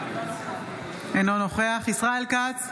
אינו נוכח ישראל כץ,